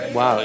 Wow